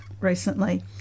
recently